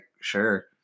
sure